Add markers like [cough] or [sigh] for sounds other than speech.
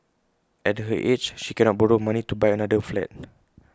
at her age she cannot borrow money to buy another flat [noise]